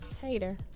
hater